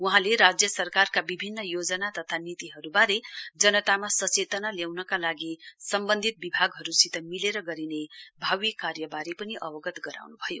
वहाँले राज्य सरकारका विभिन्न योजना तथा नीतिहरुवारे जनतामा सचेतना ल्याउनका लागि सम्बन्धित विभागहरुसित मिलेर गरिने भावी कार्यवारे पनि अवगत गराउन् भयो